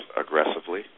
aggressively